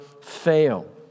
fail